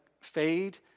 fade